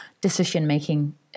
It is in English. decision-making